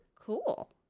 Cool